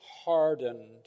hardened